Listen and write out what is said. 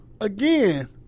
again